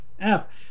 app